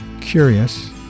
Curious